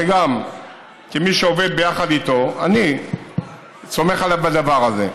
שגם כמי שעובד ביחד איתו אני סומך עליו בדבר הזה.